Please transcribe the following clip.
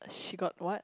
she got [what]